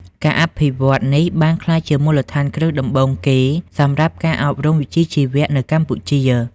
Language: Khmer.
ការអភិវឌ្ឍនេះបានក្លាយជាមូលដ្ឋានគ្រឹះដំបូងគេសម្រាប់ការអប់រំវិជ្ជាជីវៈនៅកម្ពុជា។